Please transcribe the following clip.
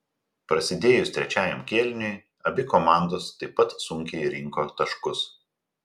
prasidėjus trečiajam kėliniui abi komandos taip pat sunkiai rinko taškus